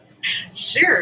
Sure